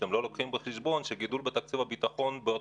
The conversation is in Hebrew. כשאתם לא לוקחים בחשבון שגידול בתקציב הביטחון בעוד